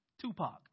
Tupac